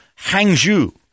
Hangzhou